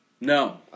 No